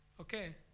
Okay